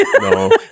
no